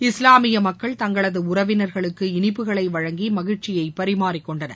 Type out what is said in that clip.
இஸ்லாமிய மக்கள் தங்களது உறவினர்களுக்கு இனிப்புகளை வழங்கி மகிழ்ச்சிகளை பரிமாறிக்கொண்டனர்